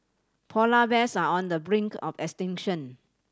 polar bears are on the brink of extinction